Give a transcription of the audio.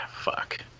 fuck